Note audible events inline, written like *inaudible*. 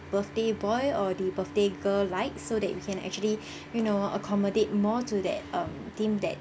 birthday boy or the birthday girl likes so that we can actually *breath* you know accommodate more to that um theme that